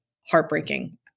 heartbreaking